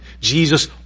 Jesus